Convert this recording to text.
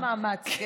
זה היה ריכוז מאמץ.